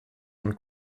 und